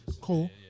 Cool